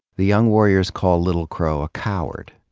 the young warriors call little crow a coward.